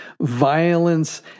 violence